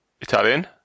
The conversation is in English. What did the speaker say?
Italian